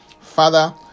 Father